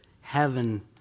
heaven